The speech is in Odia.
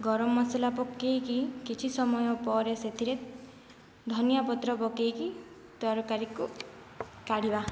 ଗରମ ମସଲା ପକେଇକି କିଛି ସମୟ ପରେ ସେଥିରେ ଧନିଆପତ୍ର ପକେଇକି ତରକାରୀକୁ କାଢ଼ିବା